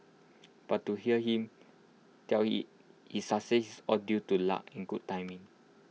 but to hear him tell IT his success is all due to luck and good timing